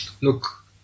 Look